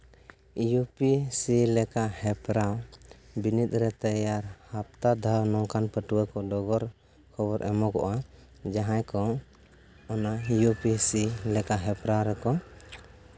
U P C ᱞᱮᱠᱟ ᱦᱮᱯᱨᱟᱣ ᱵᱤᱱᱤᱰ ᱨᱮ ᱛᱮᱭᱟᱨ ᱦᱟᱯᱛᱟ ᱫᱷᱟᱣ ᱱᱚᱝᱠᱟᱱ ᱯᱟᱹᱴᱷᱩᱣᱟᱹ ᱠᱚ ᱰᱚᱜᱚᱨ ᱠᱚᱵᱚᱱ ᱮᱢᱚᱜᱚᱜᱼᱟ ᱡᱟᱦᱟᱸᱭ ᱠᱚ ᱤᱭᱩ ᱯᱤ ᱮᱥ ᱥᱤ ᱞᱮᱠᱟ ᱦᱮᱯᱨᱟᱣ ᱨᱮᱠᱚ